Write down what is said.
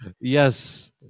Yes